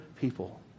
people